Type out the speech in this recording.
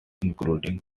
including